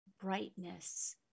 brightness